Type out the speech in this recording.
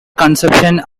consumption